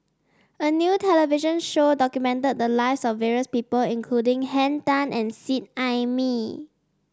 a new television show documented the lives of various people including Henn Tan and Seet Ai Mee